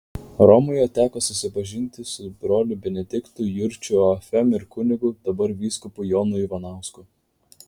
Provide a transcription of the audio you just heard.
romoje teko susipažinti su broliu benediktu jurčiu ofm ir kunigu dabar vyskupu jonu ivanausku